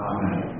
Amen